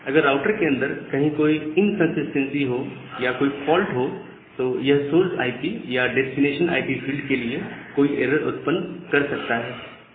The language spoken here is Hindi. अगर राउटर के अंदर कहीं कोई इनकंसिस्टेंसी हो या कोई फॉल्ट हो तो यह सोर्स आईपी या डेस्टिनेशन आईपी फील्ड के लिए कोई एरर उत्पन्न कर सकता है